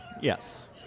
yes